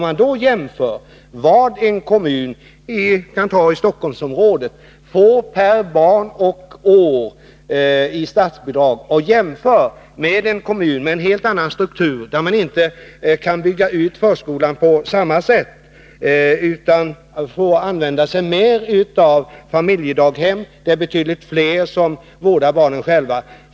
Man kan jämföra vad en kommun i t.ex. Stockholmsområdet får per barn och år i statsbidrag med vad som går till en kommun exempelvis i glesbygden med en helt annan struktur, där man inte kan bygga ut förskolan på samma sätt utan i större utsträckning måste använda sig av familjedaghem och där det är betydligt fler som vårdar barnen själva.